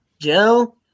Joe